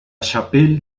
chapelle